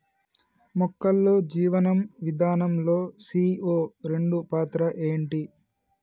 మొక్కల్లో జీవనం విధానం లో సీ.ఓ రెండు పాత్ర ఏంటి?